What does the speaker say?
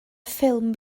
ffilm